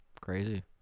Crazy